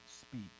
speak